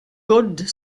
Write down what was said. good